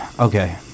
Okay